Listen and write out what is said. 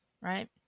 right